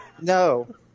No